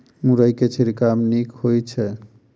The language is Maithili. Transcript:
मुरई मे छिड़काव नीक होइ छै?